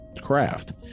craft